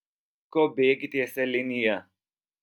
ko bėgi tiesia linija